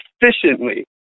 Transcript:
efficiently